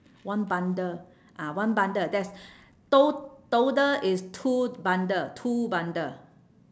one bundle ah one bundle there's to~ total is two bundle two bundle